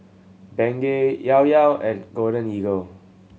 Bengay Llao Llao and Golden Eagle